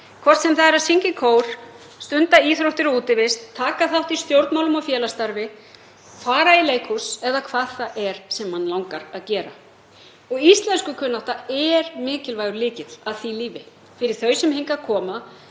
hvort sem það er að syngja í kór, stunda íþróttir og útivist, taka þátt í stjórnmálum og félagsstarfi, fara í leikhús eða hvað það er sem mann langar að gera. Íslenskukunnátta er mikilvægur lykill að því lífi fyrir þau sem hingað koma